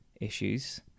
issues